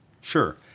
Sure